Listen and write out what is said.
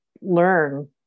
learn